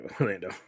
Orlando